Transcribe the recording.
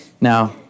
Now